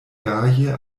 gaje